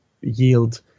yield